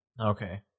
Okay